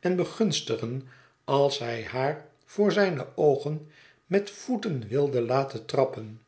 en begunstigen als hij haar voor zijne oogen met voeten wilde laten trappen